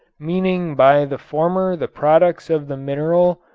meaning by the former the products of the mineral,